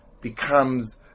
becomes